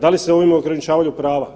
Da li se ovime ograničavaju prava?